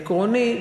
עקרוני,